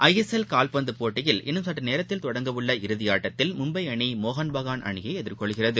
று S L கால்பந்துப் போட்டியில் இன்னும் சற்று நேரத்தில் தொடங்கவுள்ள இறுதி ஆட்டத்தில் மும்பை அணி மோகன் பெஹான் அணியை எதிர்கொள்கிறது